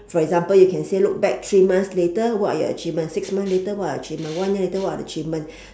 for example you can say look back three months later what are your achievement six month later what are the achievement one year later what are the achievement